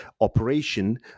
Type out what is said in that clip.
operation